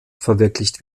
verwirklicht